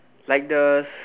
like the